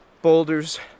boulders